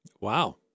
Wow